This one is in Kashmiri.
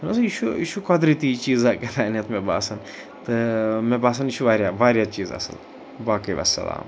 مےٚ باسان یہِ چھُ یہِ چھُ قۄدرٔتی چیٖزا کیٛہتانۍ مےٚ باسان تہٕ مےٚ باسان یہِ چھُ واریاہ واریاہ چیٖز اصٕل باقٕے والسَلام